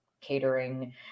catering